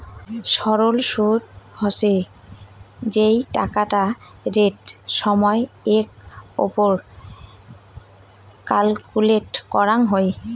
সরল সুদ হসে যেই টাকাটা রেট সময় এর ওপর ক্যালকুলেট করাঙ হই